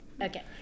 Okay